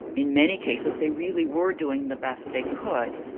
in many cases, they really were doing the best they could.